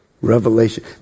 Revelation